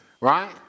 Right